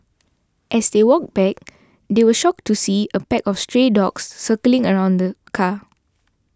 as they walked back they were shocked to see a pack of stray dogs circling around the car